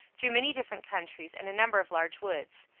through many different countries, and a number of large woods.